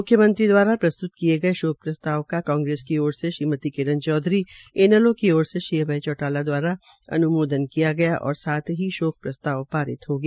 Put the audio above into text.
म्ख्यमंत्री द्वारा प्रस्त्त शोक प्रस्ताव का कांग्रेस की ओर से श्रीमती किरण चौधरी इनैलो की ओर से श्री अभय चौटाला द्वारा इसका अन्मोदन किया और साथ ही शोक प्रस्ताव पारित हो गया